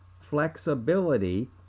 flexibility